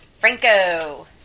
Franco